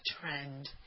trend